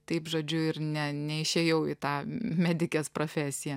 taip žodžiu ir ne neišėjau į tą medikės profesiją